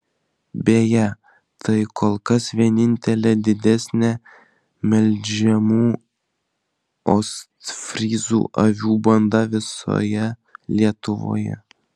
beje tai kol kas vienintelė didesnė melžiamų ostfryzų avių banda visoje lietuvoje